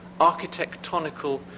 architectonical